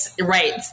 right